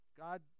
God